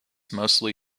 mostly